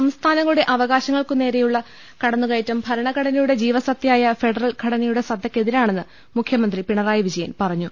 സംസ്ഥാനങ്ങളുടെ അവകാശങ്ങൾക്കുനേരെയുള്ള കട ന്നുകയറ്റം ഭരണഘടനയുടെ ജീവസത്തയായ ഫെഡറൽ ഘടനയുടെ സത്തക്കെതിരാണെന്ന് മുഖ്യമന്ത്രി പിണറായി വിജയൻ പറഞ്ഞു